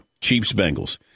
Chiefs-Bengals